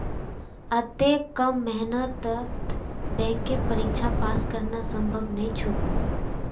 अत्ते कम मेहनतत बैंकेर परीक्षा पास करना संभव नई छोक